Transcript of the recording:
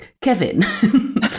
Kevin